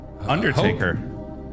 Undertaker